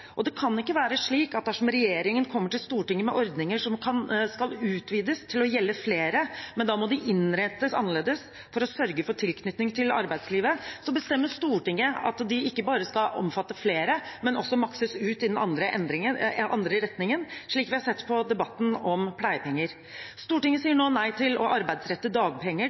Og det kan ikke være slik at dersom regjeringen kommer til Stortinget med ordninger som skal utvides til å gjelde flere, men da må innrettes annerledes for å sørge for tilknytning til arbeidslivet, så bestemmer Stortinget at de ikke bare skal omfatte flere, men også maksimeres ut i den andre retningen, slik vi har sett i debatten om pleiepenger. Stortinget sier nå nei til å arbeidsrette dagpenger